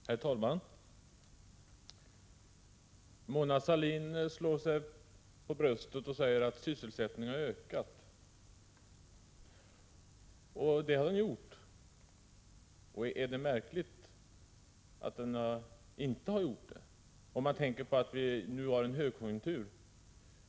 Herr talman! Mona Sahlin slår sig för bröstet och säger att sysselsättningen har ökat. Det har den gjort, men man måste säga att det vore märkligt om den inte hade gjort det, om man betänker att vi nu har högkonjunktur.